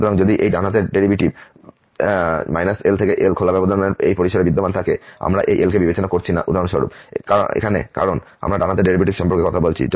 সুতরাং যদি এই ডান হাতের ডেরিভেটিভ L L এই পরিসরে বিদ্যমান থাকে আমরা এই L কে বিবেচনা করছি না উদাহরণস্বরূপ এখানে কারণ আমরা ডান হাতের ডেরিভেটিভ সম্পর্কে কথা বলছি